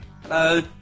hello